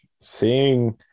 Seeing